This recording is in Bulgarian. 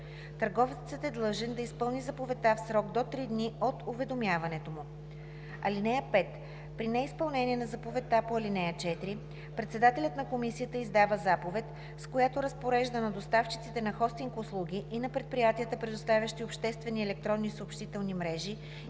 Търговецът е длъжен да изпълни заповедта в срок до три дни от уведомяването му. (5) При неизпълнение на заповедта по ал. 4 председателят на комисията издава заповед, с която разпорежда на доставчиците на хостинг услуги и на предприятията, предоставящи обществени електронни съобщителни мрежи